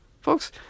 Folks